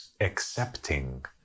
accepting